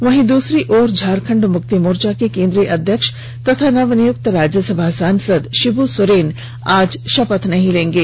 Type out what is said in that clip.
वहीं दूसरी ओर झारखंड मुक्ति मोर्चा के केंद्रीय अध्यक्ष तथा नवनियुक्त राज्यसभा सांसद शिब् सोरेन आज शपथ नहीं लेंगे